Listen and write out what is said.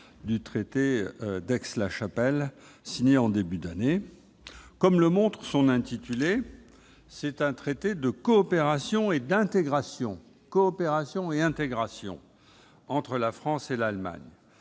du traité d'Aix-la-Chapelle signé en début d'année. Comme en témoigne son intitulé, il s'agit d'un traité de coopération et d'intégration entre la France et l'Allemagne,